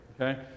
Okay